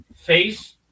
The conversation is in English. face